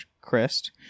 Crest